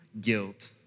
guilt